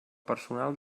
personal